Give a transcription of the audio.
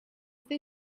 they